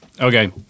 Okay